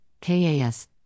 KAS